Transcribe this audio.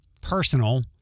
personal